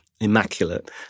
immaculate